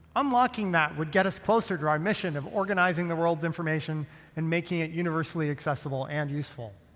unlocking that would get us closer to our mission of organizing the world's information and making it universally accessible and useful.